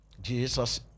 Jesus